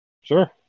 Sure